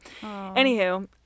anywho